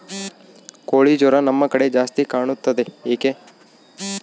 ಕೋಳಿ ಜ್ವರ ನಮ್ಮ ಕಡೆ ಜಾಸ್ತಿ ಕಾಣುತ್ತದೆ ಏಕೆ?